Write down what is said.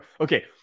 okay